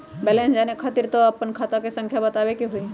Balance जाने खातिर तोह के आपन खाता संख्या बतावे के होइ?